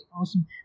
Awesome